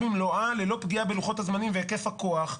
במלואה ללא פגיעה בלוחות הזמנים והיקף הכוח,